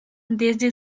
desde